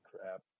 crap